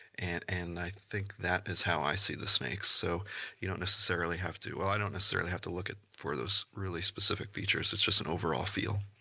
and and i think that is how i see the snakes, so you don't necessarily have to, i don't necessarily have to look at for those really specific features it's just an overall feel.